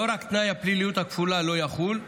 לא רק תנאי הפליליות הכפולה לא יחול,